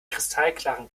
kristallklaren